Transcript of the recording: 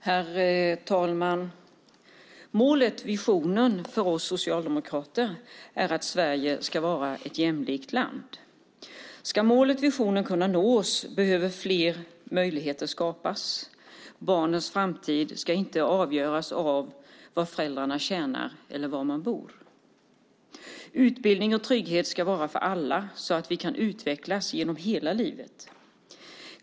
Herr talman! Målet och visionen för oss socialdemokrater är att Sverige ska vara ett jämlikt land. Ska målet och visionen kunna nås behöver fler möjligheter skapas. Barnens framtid ska inte avgöras av vad föräldrarna tjänar eller av var man bor. Utbildning och trygghet ska vara för alla så att vi kan utvecklas genom hela livet.